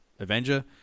Avenger